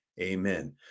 amen